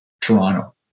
Toronto